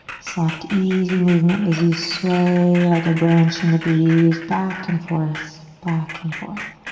soft, easy movement as you sway like a branch in the breeze back and forth, back and forth.